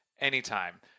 anytime